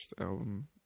album